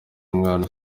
umwana